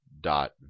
dot